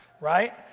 right